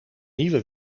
nieuwe